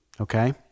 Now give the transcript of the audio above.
okay